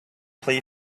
plea